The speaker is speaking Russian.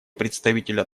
представителя